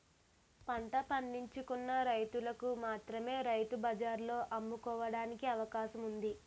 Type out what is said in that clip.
పంట పండించుకున్న రైతులకు మాత్రమే రైతు బజార్లలో అమ్ముకోవడానికి అవకాశం ఉంది